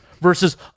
Versus